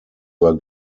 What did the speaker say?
were